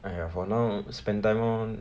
!aiya! for now spend time lor